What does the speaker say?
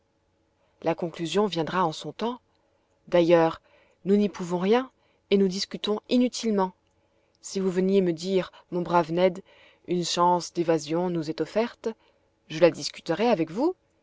la conclusion viendra en son temps d'ailleurs nous n'y pouvons rien et nous discutons inutilement si vous veniez me dire mon brave ned une chance d'évasion nous est offerte je la discuterais avec vous